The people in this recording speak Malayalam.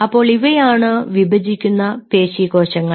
അപ്പോൾ ഇവയാണ് വിഭജിക്കുന്ന പേശി കോശങ്ങൾ